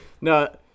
No